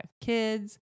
kids